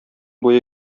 буе